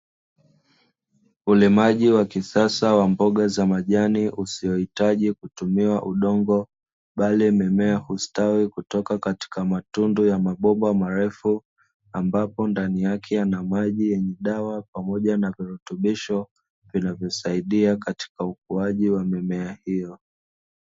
Ulimaji wa kisasa wa mboga za majani usiohitaji kutumia udongo bali mimea hustawi kutoka katika matundu ya mabomba marefu. Ambapo ndani yake yana maji yenye dawa pamoja na virutubisho vinavyosaidia katika ukuaji wa mimea hiyo.